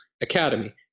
academy